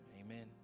Amen